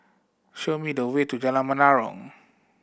show me the way to Jalan Menarong